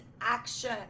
action